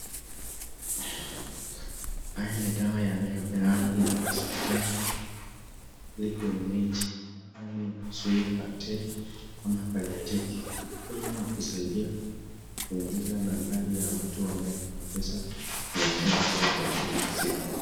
Haya ni dawa yanayo peanwa na hospitali kwenye nchi. Dawa haya kuzuia (CS)bacteria(CS)ama (CS)biotici(CS),hii ni ya kusaidia kuzuia nambari ya watu ambao wanapoteza biashara yao kwa kila siku.